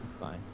Fine